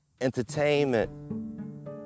entertainment